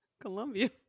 Columbia